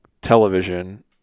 television